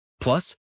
Plus